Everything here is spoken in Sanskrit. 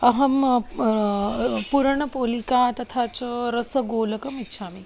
अहं पुरणपोलिका तथा च रसगोलकम् इच्छामि